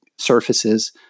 surfaces